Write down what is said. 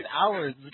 hours